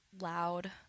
loud